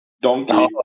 donkey